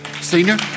Senior